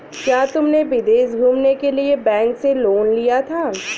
क्या तुमने विदेश घूमने के लिए बैंक से लोन लिया था?